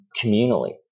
communally